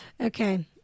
Okay